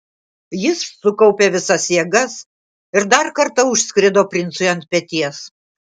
jis sukaupė visas jėgas ir dar kartą užskrido princui ant peties